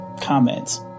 comments